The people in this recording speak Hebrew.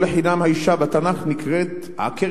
לא לחינם נקראת האשה בתנ"ך "עקרת